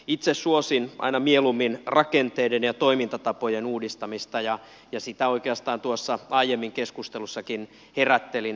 itse suosin aina mieluummin rakenteiden ja toimintatapojen uudistamista ja sitä oikeastaan tuossa aiemmin keskustelussakin herättelin